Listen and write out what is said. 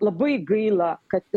labai gaila kad